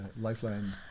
lifeline